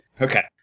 Okay